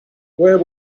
where